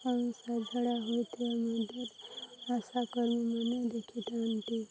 honours ଝାଡ଼ା ହେଉଥିଲେ ମଧ୍ୟ ଆଶାକର୍ମୀମାନେ ଦେଖିଥାନ୍ତି